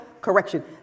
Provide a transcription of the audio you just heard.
correction